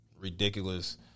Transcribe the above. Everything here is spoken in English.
ridiculous